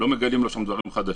לא מגלים לו שם דברים חדשים.